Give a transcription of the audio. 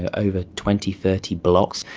ah over twenty, thirty blocks,